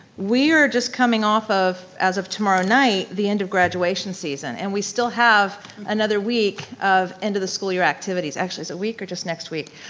we're just coming off of as of tomorrow night, the end of graduation season and we still have another week of end of the school year activities, actually it's a week or just next week?